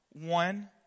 one